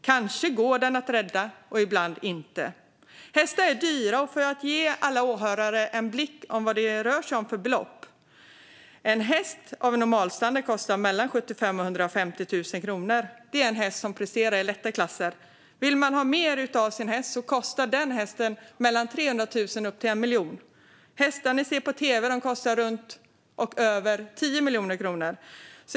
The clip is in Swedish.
Kanske går den att rädda, kanske inte. Hästar är dyra. Jag kan ge alla åhörare en inblick i vad det rör sig om för belopp. En häst av normalstandard kostar mellan 75 000 och 150 000 kronor. Det är en häst som presterar i lätta klasser. Vill man ha mer av sin häst kostar den hästen mellan 300 000 och 1 miljon. Hästar man ser på tv kostar runt och över 10 miljoner kronor.